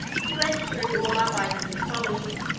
he went through all our vices and follies,